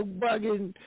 bugging